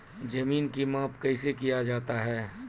जमीन की माप कैसे किया जाता हैं?